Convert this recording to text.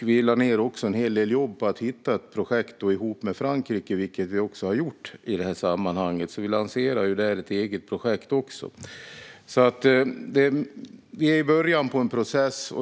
Vi lade ned en hel del jobb på att hitta ett projekt ihop med Frankrike, vilket vi också har gjort. Vi lanserar där ett eget projekt. Vi är i början på en process.